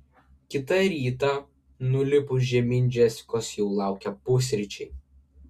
kitą rytą nulipus žemyn džesikos jau laukė pusryčiai